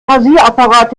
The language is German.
rasierapparat